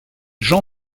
jean